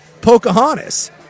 Pocahontas